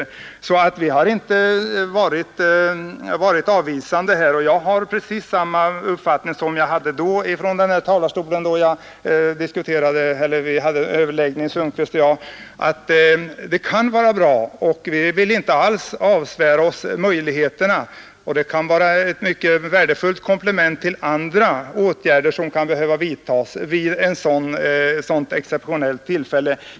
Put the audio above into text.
Vi har inte varit avvisande. Jag har precis samma uppfattning som jag hade i fjol när herr Sundkvist och jag diskuterade frågan. Det kan vara bra att ha denna möjlighet, och vi vill inte alls avsvära oss den. Det kan vara ett värdefullt komplement till andra åtgärder som kan behöva vidtas vid ett exceptionellt tillfälle.